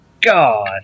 God